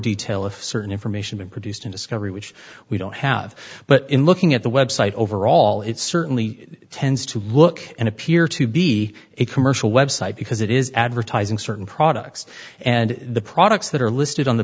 detail if certain information produced in discovery which we don't have but in looking at the website overall it certainly tends to look and appear to be a commercial website because it is advertising certain products and the products that are listed on the